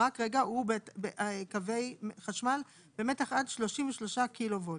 הוא בקווי חשמל במתח עד 33 קילו ולט.